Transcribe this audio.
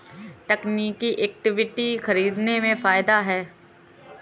तकनीकी इक्विटी खरीदने में फ़ायदा है